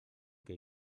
que